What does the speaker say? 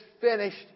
finished